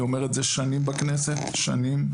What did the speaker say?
אני אומר את זה שנים בכנסת, שנים.